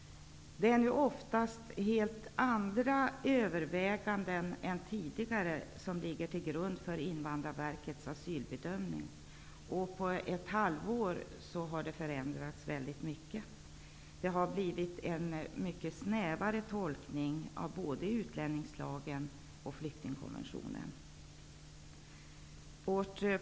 Det är nu oftast helt andra överväganden än tidigare som ligger till grund för Invandrarverkets asylbedömning. På ett halvår har det förändrats mycket. Det görs en mycket snävare tolkning av både utlänningslagen och flyktingkonventionen.